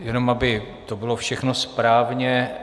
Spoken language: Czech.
Jenom aby to bylo všechno správně.